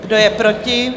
Kdo je proti?